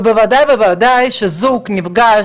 בוודאי ובוודאי שכאשר זוג נפגש,